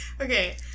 Okay